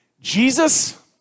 Jesus